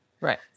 Right